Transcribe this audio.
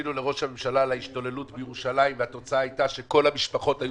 שפנינו לראש הממשלה על ההשתוללות בירושלים והתוצאה הייתה שכל המשפחות היו